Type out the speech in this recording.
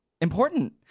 Important